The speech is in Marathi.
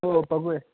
हो बघूया